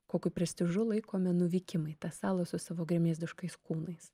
kokiu prestižu laikome nuvykimą į tą salą su savo gremėzdiškais kūnais